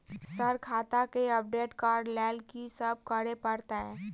Sir खाता केँ update करऽ लेल की सब करै परतै?